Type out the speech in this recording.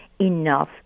enough